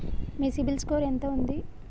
మీ CIBIL score ఎంత ఉంది?